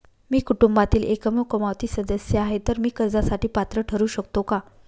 मी कुटुंबातील एकमेव कमावती सदस्य आहे, तर मी कर्जासाठी पात्र ठरु शकतो का?